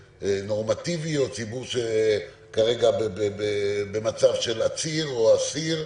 נורמטיבי או ציבור שכרגע נמצא במצב של עציר או אסיר,